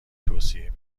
توصیه